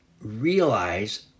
realize